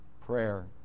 prayer